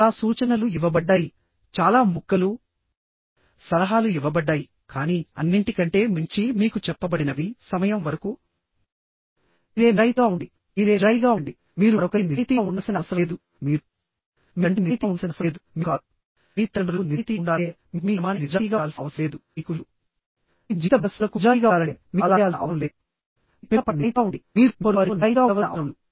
చాలా సూచనలు ఇవ్వబడ్డాయి చాలా ముక్కలు సలహాలు ఇవ్వబడ్డాయి కానీ అన్నింటికంటే మించి మీకు చెప్పబడినవి సమయం వరకు మీరే నిజాయితీగా ఉండండి మీరే నిజాయితీగా ఉండండి మీరు మరొకరికి నిజాయితీగా ఉండవలసిన అవసరం లేదు మీరు మీ తండ్రికి నిజాయితీగా ఉండాల్సిన అవసరం లేదు మీరు కాదు మీ తల్లిదండ్రులకు నిజాయితీగా ఉండాలంటే మీరు మీ యజమానికి నిజాయితీగా ఉండాల్సిన అవసరం లేదు మీకు లేదు మీ జీవిత భాగస్వాములకు నిజాయితీగా ఉండాలంటే మీరు అలా చేయాల్సిన అవసరం లేదు మీ పిల్లల పట్ల నిజాయితీగా ఉండండి మీరు మీ పొరుగువారితో నిజాయితీగా ఉండవలసిన అవసరం లేదు